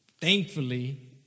thankfully